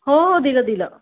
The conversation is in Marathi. हो दिलं दिलं